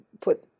put